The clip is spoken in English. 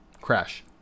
Crash